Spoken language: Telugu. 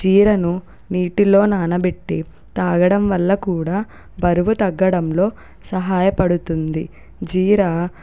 జీరాను నీటిలో నానబెట్టి తాగడంవల్ల కూడా బరువు తగ్గడంలో సహాయపడుతుంది జీరా